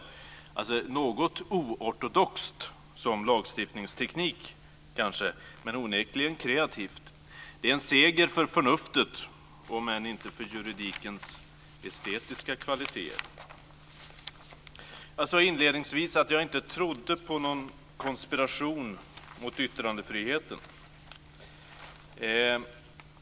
Det är kanske något oortodoxt som lagstiftningsteknik, men onekligen kreativt. Det är en seger för förnuftet, om än inte för juridikens estetiska kvaliteter. Jag sade inledningsvis att jag inte tror på någon konspiration mot yttrandefriheten.